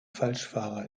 falschfahrer